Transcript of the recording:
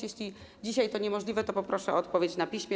Jeśli dzisiaj to niemożliwe, to poproszę o odpowiedź na piśmie.